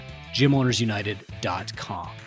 gymownersunited.com